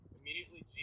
Immediately